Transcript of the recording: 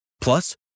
Plus